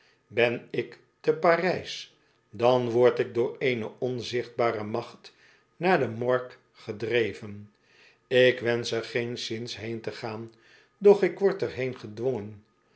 ben ik te parijs dan word ik door eene onzichtbare macht naar de morgue gedrevenik wensch er geenszins heen te gaan doch ik word er heen gedwongen